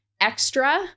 extra